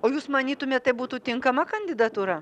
o jūs manytumėt tai būtų tinkama kandidatūra